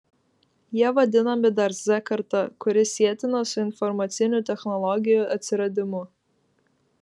jie vadinami dar z karta kuri sietina su informacinių technologijų atsiradimu